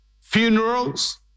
funerals